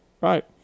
Right